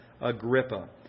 Agrippa